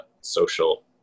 social